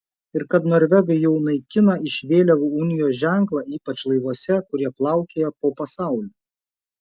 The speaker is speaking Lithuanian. ir kad norvegai jau naikina iš vėliavų unijos ženklą ypač laivuose kurie plaukioja po pasaulį